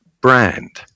brand